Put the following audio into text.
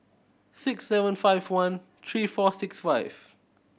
six seven five one three four six five